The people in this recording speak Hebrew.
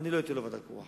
אני לא אתן לו ועדה קרואה.